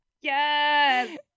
Yes